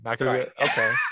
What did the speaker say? okay